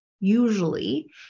usually